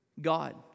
God